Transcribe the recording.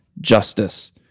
justice